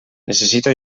necessito